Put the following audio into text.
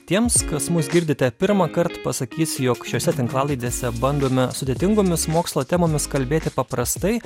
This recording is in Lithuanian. tiems kas mus girdite pirmąkart pasakysiu jog šiose tinklalaidėse bandome sudėtingomis mokslo temomis kalbėti paprastai